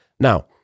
Now